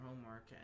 homework